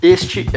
Este